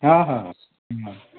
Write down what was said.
ହଁ ହଁ ହୁଁ